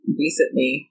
recently